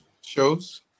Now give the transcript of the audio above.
Shows